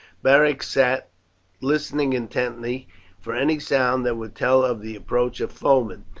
beric sat listening intently for any sound that would tell of the approach of foemen.